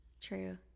True